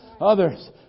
Others